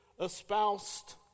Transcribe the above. espoused